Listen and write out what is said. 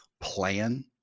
plan